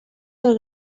del